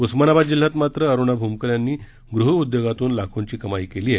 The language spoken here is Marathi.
उस्मानाबाद जिल्ह्यात मात्र अरुणा भूमकर यांनी गृह उद्योगातून लाखोंची कमाई केली आहे